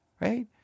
right